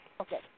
Okay